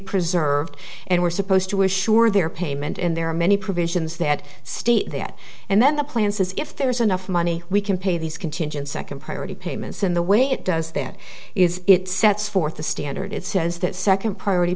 preserved and we're supposed to assure their payment and there are many provisions that state that and then the plan says if there is enough money we can pay these contingent second priority payments in the way it does that is it sets forth the standard it says that second priority